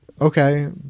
okay